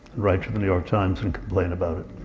write to the new york times and complain about it.